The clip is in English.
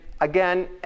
again